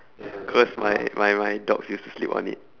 cause my my my dogs used to sleep on it